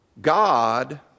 God